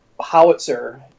howitzer